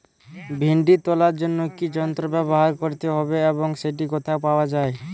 ভিন্ডি তোলার জন্য কি যন্ত্র ব্যবহার করতে হবে এবং সেটি কোথায় পাওয়া যায়?